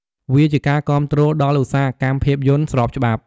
វាជាការគាំទ្រដល់ឧស្សាហកម្មភាពយន្តស្របច្បាប់។